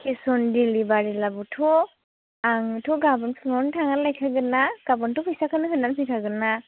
case on delivery बाबोथ' आंथ' गाबोन फुङावनो थांना लायखागोनना गाबोनथ' फैसाखौनो होनानै फैखागोन ना